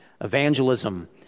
evangelism